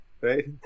right